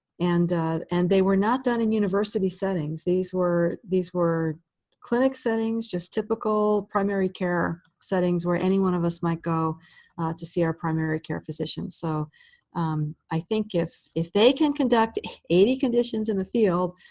and and they they were not done in university settings. these were these were clinic settings, just typical primary care settings where any one of us might go to see our primary care physician. so i think if if they can conduct eighty conditions in the field,